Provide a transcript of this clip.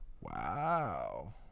Wow